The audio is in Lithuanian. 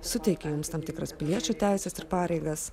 suteikia mums tam tikras piliečių teises ir pareigas